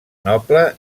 noble